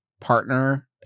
partner